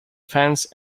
fence